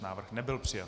Návrh nebyl přijat.